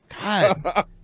God